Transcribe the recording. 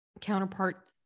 counterpart